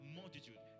multitude